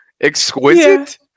Exquisite